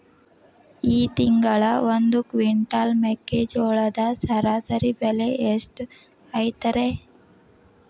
ಈ ತಿಂಗಳ ಒಂದು ಕ್ವಿಂಟಾಲ್ ಮೆಕ್ಕೆಜೋಳದ ಸರಾಸರಿ ಬೆಲೆ ಎಷ್ಟು ಐತರೇ?